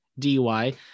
DUI